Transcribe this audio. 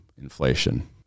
inflation